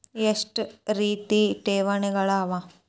ಎಷ್ಟ ರೇತಿ ಠೇವಣಿಗಳ ಅವ?